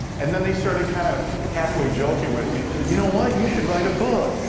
and then, they started kind of halfway joking with me, you know what, you should write a book.